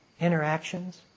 interactions